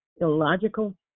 Illogical